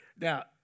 Now